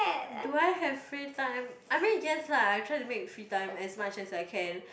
do I have free time I mean yes lah I try to make free time as much as I can